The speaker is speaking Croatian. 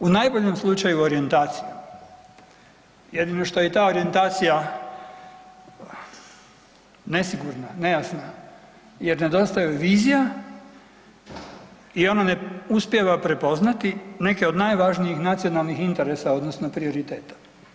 U najboljem slučaju orijentacija, jedino što je ta orijentacija nesigurna, nejasna jer nedostaje joj vizija i ona ne uspijeva prepoznati neke od najvažnijih nacionalnih interesa odnosno prioriteta.